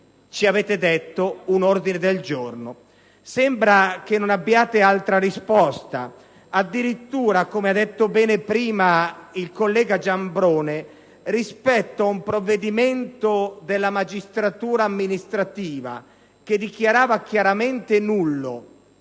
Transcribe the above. che avreste accettato un ordine del giorno. Sembra che non abbiate altre risposte. Addirittura, come ha detto bene prima il collega Giambrone, rispetto a un provvedimento della magistratura amministrativa che dichiarava chiaramente nullo